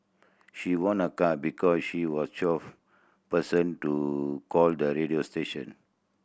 she won a car because she was twelfth person to call the radio station